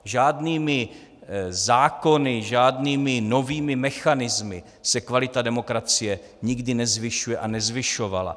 Žádnými zákony, žádnými novými mechanismy se kvalita demokracie nikdy nezvyšuje a nezvyšovala.